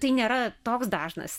tai nėra toks dažnas